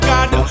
God